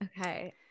Okay